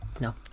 No